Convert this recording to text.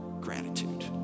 gratitude